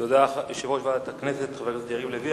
תודה ליושב-ראש ועדת הכנסת, חבר הכנסת יריב לוין.